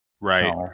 Right